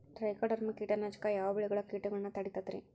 Trichoderma ಕೇಟನಾಶಕ ಯಾವ ಬೆಳಿಗೊಳ ಕೇಟಗೊಳ್ನ ತಡಿತೇತಿರಿ?